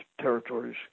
Territories